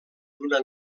d’una